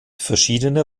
verschiedene